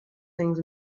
things